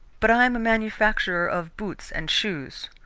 but i am a manufacturer of boots and shoes.